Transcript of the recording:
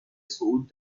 صعود